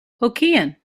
hokkien